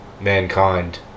mankind